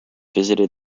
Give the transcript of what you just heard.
visited